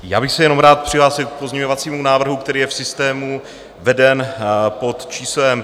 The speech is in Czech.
Já bych se jenom rád přihlásil k pozměňovacímu návrhu, který je v systému veden pod číslem 1168.